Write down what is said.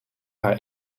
haar